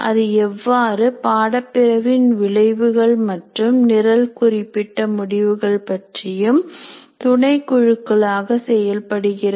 அது எவ்வாறு பாடப்பிரிவின் விளைவுகள் மற்றும் நிரல் குறிப்பிட்ட முடிவுகள் பற்றியும் துணை குழுக்களாக செயல்படுகிறது